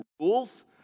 rules